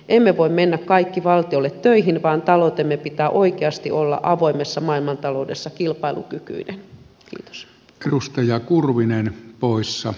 emme voi mennä kaikki valtiolle töihin vaan taloutemme pitää oikeasti olla avoimessa maailmantaloudessa kilpailukykyinen